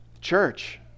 church